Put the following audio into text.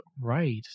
right